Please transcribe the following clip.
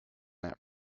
that